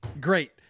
great